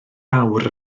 awr